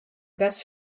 best